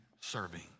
serving